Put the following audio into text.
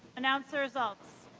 announce the results.